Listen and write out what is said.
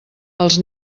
els